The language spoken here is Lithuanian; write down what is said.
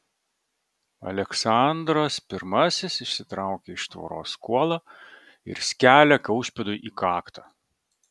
aleksandras pirmasis išsitraukia iš tvoros kuolą ir skelia kaušpėdui į kaktą